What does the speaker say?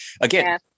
again